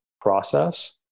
process